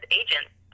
agents